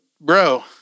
Bro